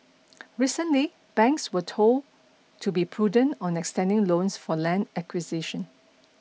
recently banks were told to be prudent on extending loans for land acquisition